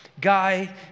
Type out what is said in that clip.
Guy